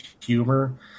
humor